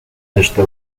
داشته